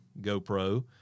GoPro